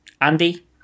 Andy